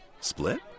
Split